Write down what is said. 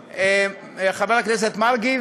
חבר הכנסת מרגי,